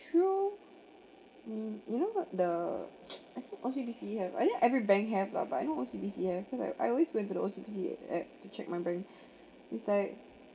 true um you know about the I think O_C_B_C have I think every bank have lah but I know O_C_B_C have because like I always went to the O_C_B_C app to check my bank it's like